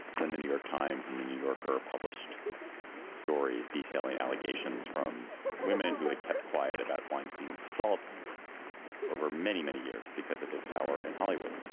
when the new york times and the new yorker published stories detailing allegations from women who had kept quiet about weinstein's assaults over many, many years because of his power in hollywood.